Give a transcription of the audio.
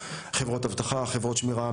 חברות שמירה,